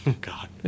God